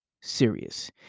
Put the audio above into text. serious